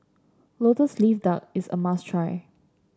lotus leaf duck is a must try